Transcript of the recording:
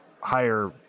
higher